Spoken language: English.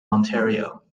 ontario